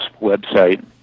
website